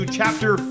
chapter